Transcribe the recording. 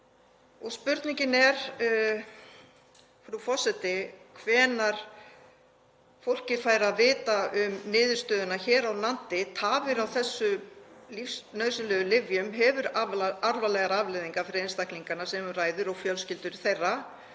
Spurningin er, frú forseti, hvenær fólk fær að vita um niðurstöðuna hér á landi. Tafir á þessum lífsnauðsynlegu lyfjum hafa alvarlegar afleiðingar fyrir einstaklingana sem um ræðir og fjölskyldur þeirra.